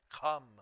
Come